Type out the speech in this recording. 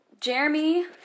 Jeremy